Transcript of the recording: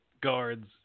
guards